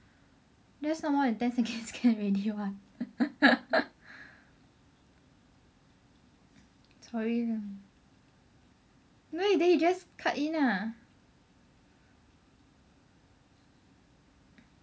just not more than ten seconds can already what sorry lah then you then you just cut in lah